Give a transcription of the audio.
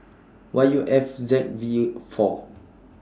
Y U F Z V four